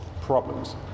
problems